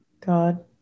God